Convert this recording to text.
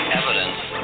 evidence